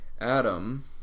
Adam